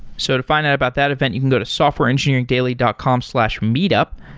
so to find out about that event, you can go to softwareengineeringdaily dot com slash meetup.